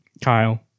Kyle